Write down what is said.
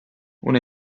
uno